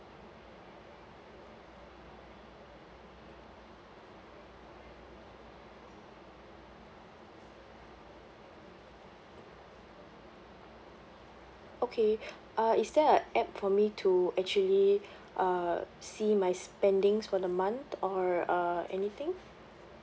okay uh is there a app for me to actually uh see my spendings for the month or uh anything